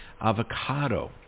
Avocado